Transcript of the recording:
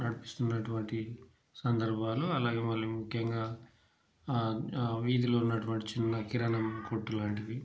నడిపిస్తున్నటువంటి సందర్భాలు అలాగే మరీ ముఖ్యంగా వీధిలో ఉన్నటువంటి చిన్న కిరాణా కొట్టులాంటివి